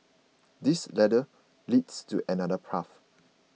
this ladder leads to another path